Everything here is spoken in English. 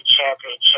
Championship